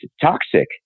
toxic